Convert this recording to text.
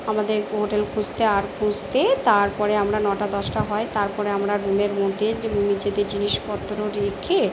আমাদের হোটেল খুঁজতে আর খুঁজতে তার পরে আমরা নটা দশটা হয় তার পরে আমরা রুমের মধ্যে নিজেদের জিনিসপত্র রেখে